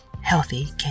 healthy